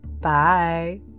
Bye